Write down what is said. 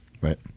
right